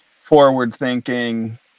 forward-thinking